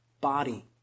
Body